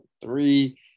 three